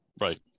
Right